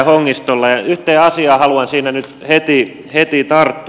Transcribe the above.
yhteen asiaan haluan siinä nyt heti tarttua